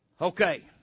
Okay